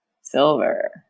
Silver